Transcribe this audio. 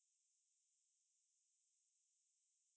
so for example நீ ராத்திரி தூங்குறேளே:ni raatthiri thunkirele so